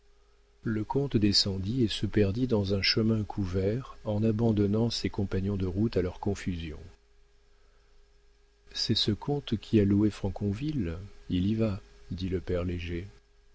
le comte descendit et se perdit dans un chemin couvert en abandonnant ses compagnons de route à leur confusion oh c'est ce comte qui a loué franconville il y va dit le père